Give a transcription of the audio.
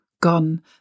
Gone